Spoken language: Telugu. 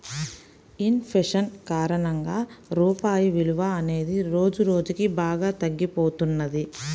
ఇన్ ఫేషన్ కారణంగా రూపాయి విలువ అనేది రోజురోజుకీ బాగా తగ్గిపోతున్నది